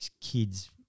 kids